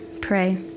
pray